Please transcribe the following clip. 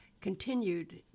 continued